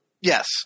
Yes